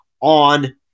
on